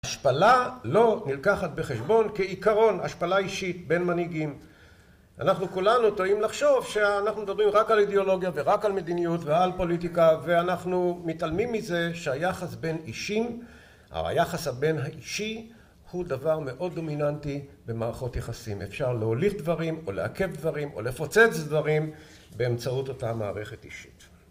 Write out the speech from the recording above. השפלה לא נלקחת בחשבון, כעיקרון, השפלה אישית, בין מנהיגים. אנחנו כולנו טועים לחשוב, שאנחנו מדברים רק על אידיאולוגיה, ורק על מדיניות, ועל פוליטיקה, ואנחנו מתעלמים מזה שהיחס בין אישים, היחס הבין האישי, הוא דבר מאוד דומיננטי במערכות יחסים. אפשר להוליך דברים, או לעכב דברים, או לפוצץ דברים באמצעות אותה מערכת אישית.